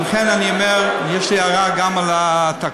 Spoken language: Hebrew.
לכן אני אומר שיש לי הערה גם על התקנון.